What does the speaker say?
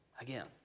Again